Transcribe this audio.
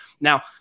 Now